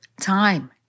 time